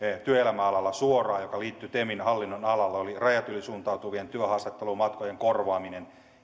työelämäalalla suoraan joka liittyi temin hallinnonalaan oli rajan yli suuntautuvien työhaastattelumatkojen korvaaminen